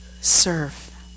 serve